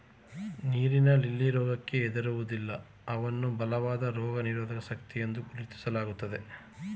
ನೀರಿನ ಲಿಲ್ಲಿ ರೋಗಕ್ಕೆ ಹೆದರೋದಿಲ್ಲ ಅವ್ನ ಬಲವಾದ ರೋಗನಿರೋಧಕ ಶಕ್ತಿಯೆಂದು ಗುರುತಿಸ್ಲಾಗ್ತದೆ